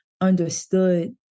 understood